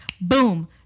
boom